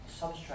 substrate